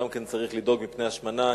גם אני צריך לדאוג מפני השמנה.